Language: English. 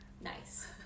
Nice